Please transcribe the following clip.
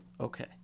Okay